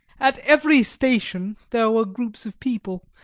at every station there were groups of people,